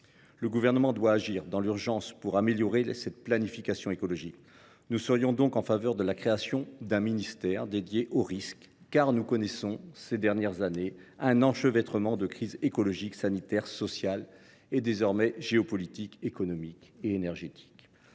Le Gouvernement doit agir dans l’urgence pour améliorer la planification écologique. Nous appelons donc de nos vœux la création d’un ministère consacré aux risques : nous avons connu, ces dernières années, un enchevêtrement de crises écologique, sanitaire, sociale et désormais géopolitique, économique et énergétique.